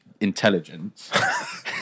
intelligence